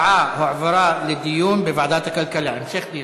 ההצעה הועברה לדיון בוועדת הכלכלה להמשך דיון.